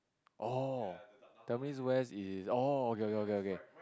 oh tell me where is oh okay okay okay